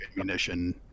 ammunition